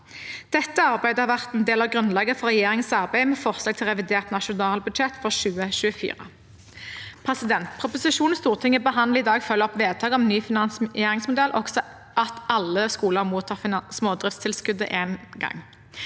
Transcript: Dette arbeidet har vært en del av grunnlaget for regjeringens arbeid med forslag til revidert nasjonalbudsjett for 2024. Proposisjonen Stortinget behandler i dag, følger opp vedtaket om ny finansieringsmodell, også at alle skoler mottar smådriftstilskuddet én gang.